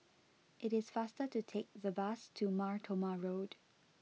it is faster to take the bus to Mar Thoma Road